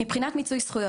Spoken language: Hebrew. מבחינת מיצוי זכויות,